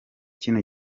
kino